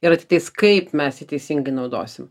ir ateitis kaip mes jį teisingai naudosim